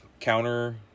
counter